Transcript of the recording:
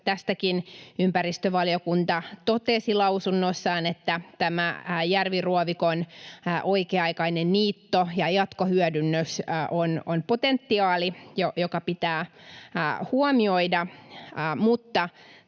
Tästäkin ympäristövaliokunta totesi lausunnossaan, että järviruovikon oikea-aikainen niitto ja jatkohyödynnys on potentiaali, joka pitää huomioida,